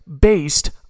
Based